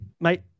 mate